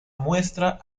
muestra